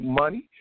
money